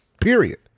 period